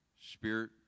spirit